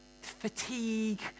fatigue